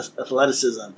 athleticism